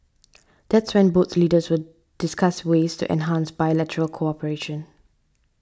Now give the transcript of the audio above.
that's when both leaders will discuss ways to enhance bilateral cooperation